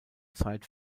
zeit